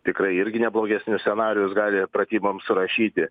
tikrai irgi ne blogesnius scenarijus gali pratyboms rašyti